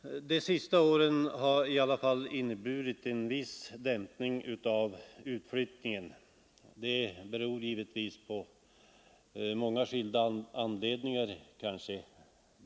De senaste åren har i alla fall inneburit en viss dämpning av utflyttningen. Det har givetvis många olika orsaker.